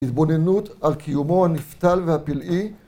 התבוננות על קיומו הנפטל והפלאי